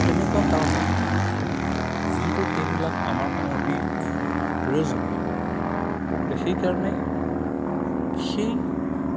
তেনেকুৱা কাৰণত যিহেতু সেইবিলাক আমাৰ কাৰণে অতি প্ৰয়োজনীয় গতিকে সেইকাৰণে সেই